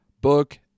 book